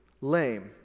lame